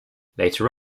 later